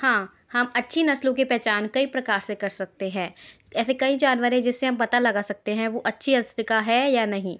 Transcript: हाँ हम अच्छी नस्लों के पहचान कई प्रकार से कर सकते है ऐसे कई जानवर हैं जिससे हम पता लगा सकते हैं वो अच्छी नस्ल का है या नहीं